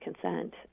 consent